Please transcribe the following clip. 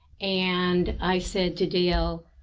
and i said to dale,